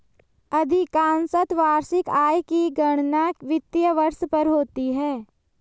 अधिकांशत वार्षिक आय की गणना वित्तीय वर्ष पर होती है